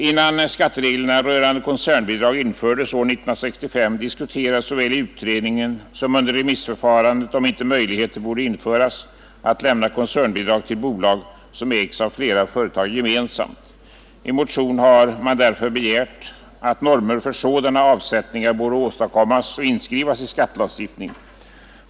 Innan skattereglerna rörande koncernbidrag infördes år 1965 diskuterades såväl i utredningen som under remissförfarandet om inte möjligheter borde öppnas att lämna koncernbidrag till bolag, som ägs av flera företag gemensamt. I motion har man därför begärt att normer för sådana avsättningar borde åstadkommas och inskrivas i skattelagstiftningen.